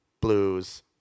blues